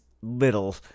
little